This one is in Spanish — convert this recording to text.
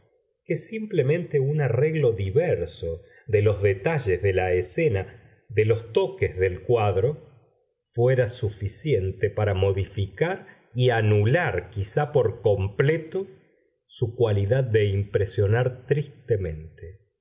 que simplemente un arreglo diverso de los detalles de la escena de los toques del cuadro fuera suficiente para modificar y anular quizá por completo su cualidad de impresionar tristemente